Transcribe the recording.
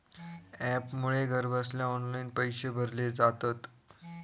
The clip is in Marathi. ॲपमुळे घरबसल्या ऑनलाईन पैशे भरले जातत